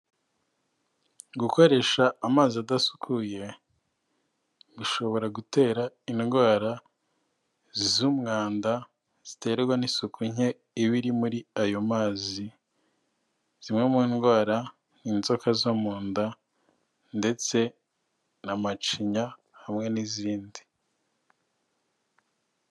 Gukoresha amazi adasukuye, bishobora gutera indwara, z'umwanda ziterwa n'isuku nke iba iri muri ayo mazi, zimwe mu ndwara: inzoka zo mu nda, ndetse na macinya, hamwe n'izindi.